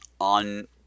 on